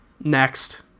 Next